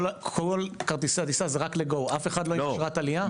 כל כרטיסי הטיסה הם רק ל-GO אף אחד אין לו אשרת עלייה?